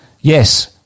yes